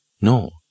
No